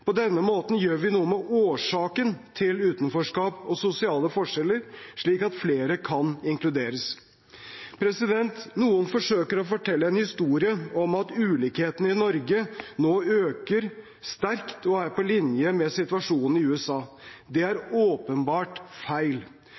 På denne måten gjør vi noe med årsakene til utenforskap og sosiale forskjeller, slik at flere kan inkluderes. Noen forsøker å fortelle en historie om at ulikhetene i Norge nå øker sterkt og er på linje med situasjonen i USA. Det er åpenbart feil.